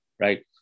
right